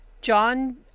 John